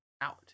out